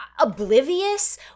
oblivious